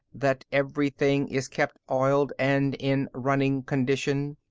that everything is kept oiled and in running condition.